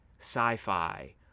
sci-fi